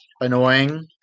annoying